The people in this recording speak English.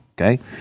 Okay